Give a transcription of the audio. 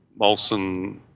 Molson